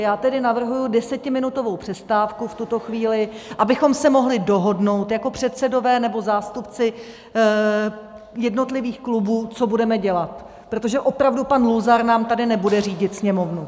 Já tedy navrhuji desetiminutovou přestávku v tuto chvíli, abychom se mohli dohodnout jako předsedové nebo zástupci jednotlivých klubů, co budeme dělat, protože opravdu pan Luzar nám tady nebude řídit Sněmovnu.